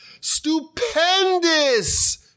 stupendous